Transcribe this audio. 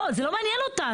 לא, זה לא מעניין אותנו.